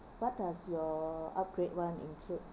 what does your upgrade include